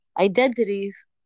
identities